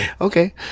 okay